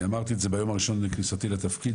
אמרתי את זה ביום הראשון לכניסתי לתפקיד,